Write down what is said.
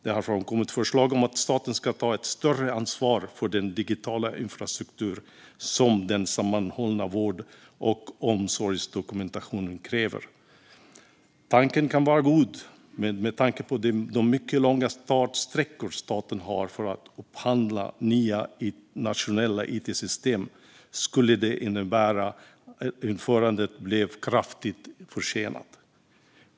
Det har framkommit förslag om att staten ska ta ett större ansvar för den digitala infrastruktur som den sammanhållna vård och omsorgsdokumentationen kräver. Tanken kan vara god men med tanke på de mycket långa startsträckor som staten har för att upphandla nya nationella it-system skulle det innebära att införandet blev kraftigt försenat.